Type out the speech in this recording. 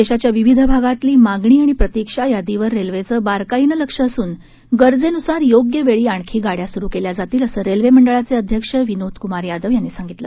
देशाच्या विविध भागातील मागणी आणि प्रतिक्षा यादीवर रेल्वेचं बारकाईनं लक्ष असून गरजेनुसार योग्य वेळी आणखी गाड्या सुरु केल्या जातील असं रेल्वे मंडळाचे अध्यक्ष विनोद कुमार यादव यांनी सांगितलं